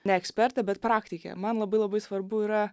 ne eksperte bet praktike man labai labai svarbu yra